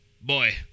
boy